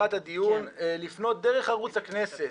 בפתיחת הדיון אני מבקש לפנות, דרך ערוץ הכנסת,